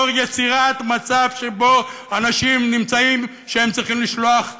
בתור יצירת מצב שבו אנשים נמצאים במצב שהם צריכים לשלוח יד,